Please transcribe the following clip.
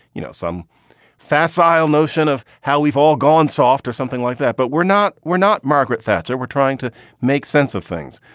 you know, some facile notion of how we've all gone soft or something like that. but we're not we're not margaret thatcher. we're trying to make sense of things.